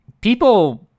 people